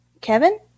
Kevin